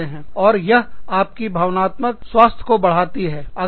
और यह आपकी भावनात्मक स्वास्थ्य को बढ़ाती है